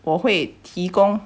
我会提供